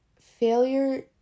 failure